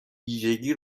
ویژگی